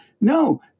no